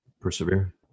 persevere